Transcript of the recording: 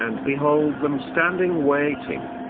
and behold them standing waiting!